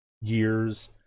years